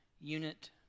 unit